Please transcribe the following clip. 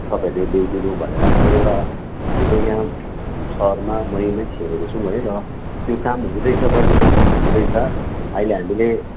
तपाईँहरूले ल्याइदिनु भनेर हाम्रो एउटा हामीले यहाँ सहरमा महिम नै छेडेको छौँ है र त्यो काम हुँदैछ पनि हुँदैछ अहिले हामीले